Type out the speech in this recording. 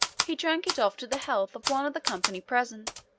he drank it off to the health of one of the company present,